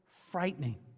frightening